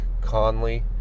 Conley